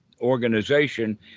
organization